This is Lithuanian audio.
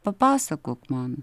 papasakok man